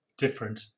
different